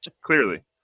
clearly